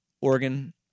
Oregon